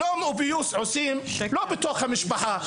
שלום ופיוס עושים לא בתוך המשפחה,